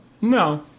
no